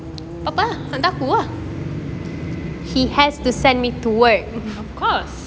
of course